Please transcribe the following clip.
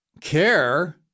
care